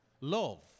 Love